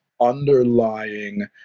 underlying